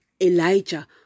Elijah